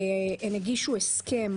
הם הגישו הסכם